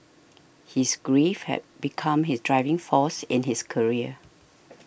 his grief had become his driving force in his career